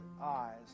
eyes